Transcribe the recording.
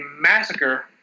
massacre